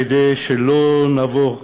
כדי שלא נבוא,